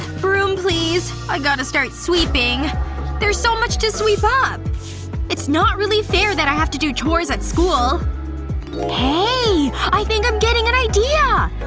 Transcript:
broom please. i gotta start sweeping there's so much to sweep up it's not really fair that i have to do chores at school hey i think i'm getting an idea,